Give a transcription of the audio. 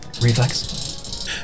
reflex